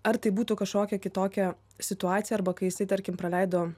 ar tai būtų kažkokia kitokia situacija arba kai jisai tarkim praleido